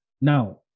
Now